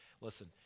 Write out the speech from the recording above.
Listen